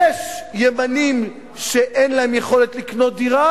יש ימנים שאין להם יכולת לקנות דירה